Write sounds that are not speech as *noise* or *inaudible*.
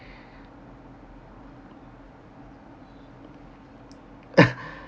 *coughs*